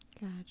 Gotcha